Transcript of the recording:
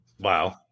Wow